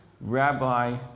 rabbi